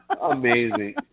Amazing